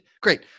Great